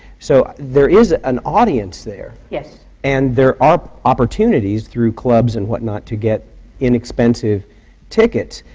so there is an audience there. yes. and there are opportunities, through clubs and whatnot, to get inexpensive tickets.